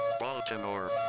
Baltimore